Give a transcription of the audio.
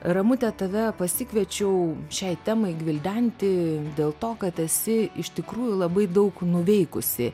ramute tave pasikviečiau šiai temai gvildenti dėl to kad esi iš tikrųjų labai daug nuveikusi